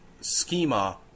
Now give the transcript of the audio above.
schema